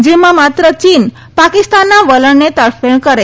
જેમાં માત્ર ચીને પાકિસ્તાનના વલણને તરફેણ કરી હતી